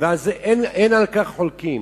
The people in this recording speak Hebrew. ואין על כך חולקין.